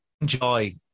Enjoy